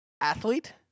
Athlete